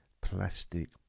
plastic